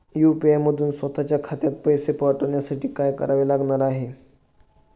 UPI मधून स्वत च्या खात्यात पैसे पाठवण्यासाठी काय करावे लागणार आहे?